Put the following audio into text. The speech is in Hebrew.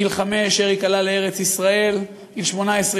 אריק עלה לארץ-ישראל בגיל חמש,